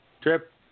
Trip